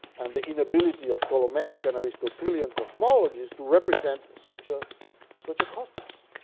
and the inability of ptolemaic and aristotelian cosmologist to represent such ah such a cosmos.